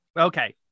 Okay